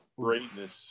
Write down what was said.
Greatness